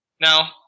Now